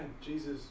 Jesus